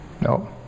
No